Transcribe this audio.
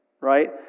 right